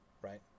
right